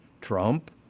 Trump